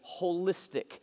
holistic